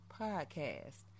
Podcast